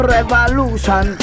Revolution